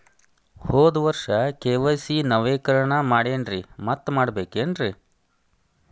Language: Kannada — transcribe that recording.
ಹೋದ ವರ್ಷ ಕೆ.ವೈ.ಸಿ ನವೇಕರಣ ಮಾಡೇನ್ರಿ ಮತ್ತ ಮಾಡ್ಬೇಕೇನ್ರಿ?